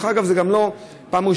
דרך אגב, זו גם לא פעם ראשונה.